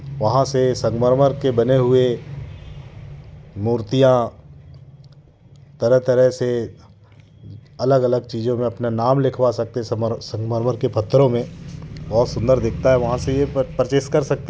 वहाँ से संगमरमर के बने हुए मूर्तियां तरह तरह से अलग अलग चीज़ों में अपना नाम लिखवा सकते समय संगमरमर के पत्रों में बहुत सुंदर दिखता है वहाँ से परचेस कर सकते हैं